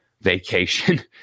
vacation